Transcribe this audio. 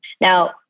Now